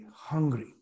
hungry